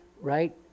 right